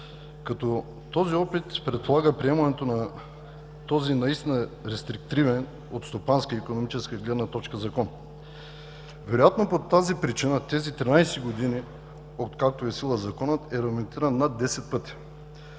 като този опит предполага приемането на този наистина рестриктивен от стопанска и икономическа гледна точка Закон. Вероятно по тази причина тези 13 години, откакто е в сила, Законът е ремонтиран над 10 пъти.